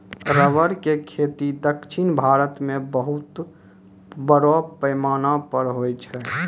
rubber के खेती दक्षिण भारत मॅ बहुत बड़ो पैमाना पर होय छै